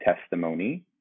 Testimony